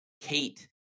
Kate